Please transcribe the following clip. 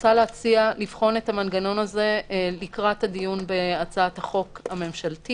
הרעיון של פיקוח בדיעבד הוא רעיון שעלה כאן.